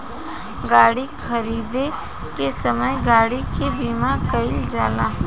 गाड़ी खरीदे के समय गाड़ी के बीमा कईल जाला